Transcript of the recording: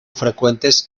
frecuentes